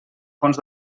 fons